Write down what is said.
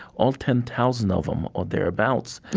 all ten thousand of them or thereabouts,